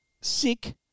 sick